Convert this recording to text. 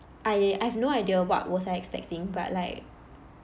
I I've no idea what was I expecting but like